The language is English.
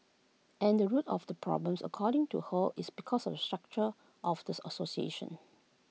and the root of the problem according to her is because of the structure of the association